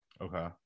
Okay